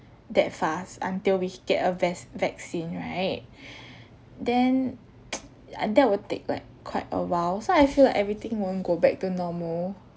that fast until we can get a vac~ vaccine right then uh that would take like quite a while so I feel like everything won't go back to normal